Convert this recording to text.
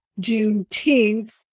Juneteenth